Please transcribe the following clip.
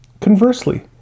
Conversely